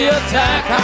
attack